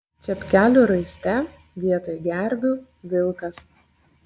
čepkelių raiste vietoj gervių vilkas